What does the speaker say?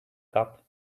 cup